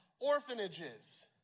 orphanages